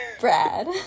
Brad